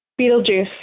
Beetlejuice